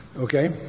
Okay